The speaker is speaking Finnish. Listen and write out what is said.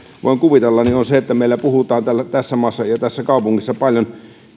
voin kuvitella on se että meillä puhutaan tässä maassa ja tässä kaupungissa paljon